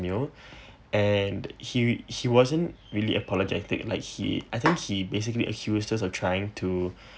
you know and he he wasn't really apologetic like he I think he basically accuse us of trying to